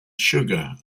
sugar